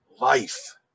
life